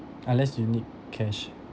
unless you need cash